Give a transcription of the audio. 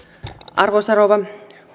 arvoisa rouva